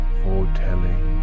foretelling